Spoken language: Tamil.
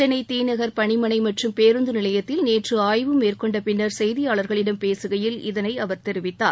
சென்னை திநகர் பணிமனை மற்றும் பேருந்து நிலையத்தில் நேற்று ஆய்வு மேற்கொண்ட பின்னர் செய்தியாளர்களிடம் பேசுகையில் இதனை அவர் தெரிவித்தார்